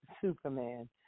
Superman